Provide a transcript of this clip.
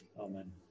Amen